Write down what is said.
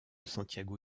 santiago